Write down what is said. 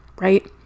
right